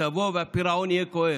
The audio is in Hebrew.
תבוא והפירעון יהיה כואב.